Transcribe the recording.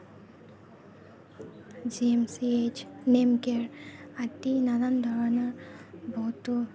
G M C H Nemcare আদি নানান ধৰণৰ বহুতো